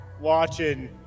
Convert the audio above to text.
watching